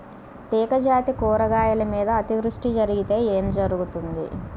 తీగజాతి కూరగాయల మీద అతివృష్టి జరిగితే ఏమి జరుగుతుంది?